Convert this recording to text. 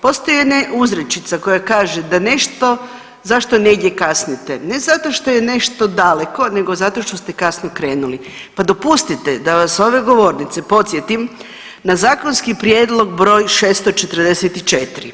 Postoji jedna uzrečica koja kaže da nešto, zašto negdje kasnite, ne zato što je nešto daleko nego zato što ste kasno krenuli, pa dopustite da vas s ove govornice podsjetim na zakonski prijedlog br. 644.